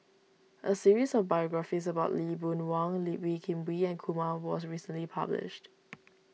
a series of biographies about Lee Boon Wang Lee Wee Kim Wee and Kumar was recently published